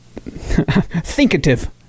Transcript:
thinkative